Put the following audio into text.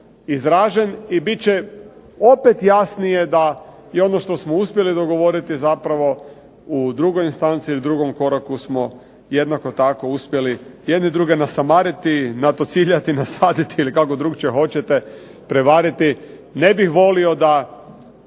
izražen i bit će opet jasnije da i ono što smo uspjeli dogovoriti zapravo u drugoj instanci ili drugom koraku smo jednako tako uspjeli jedni druge nasamariti, na to ciljati, nasaditi ili kako drukčije hoćete prevariti. Ne bih volio da